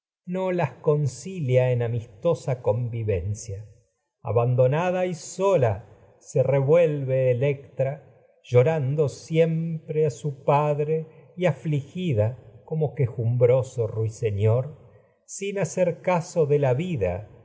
no la las se discorde concilia querella en suscitada dos hijas y amistosa convivencia abandonada sola revuelve electra llorando siempre ruiseñor sin a su padre caso y afligida como quejumbroso a hacer de la vida